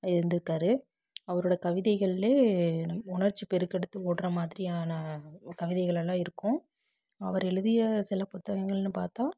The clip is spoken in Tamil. இருந்திருக்காரு அவரோட கவிதைகள்லேயே உணர்ச்சி பெருக்கெடுத்து ஓடுற மாதிரியான கவிதைகளெல்லாம் இருக்கும் அவர் எழுதிய சில புத்தகங்கள்னு பார்த்தா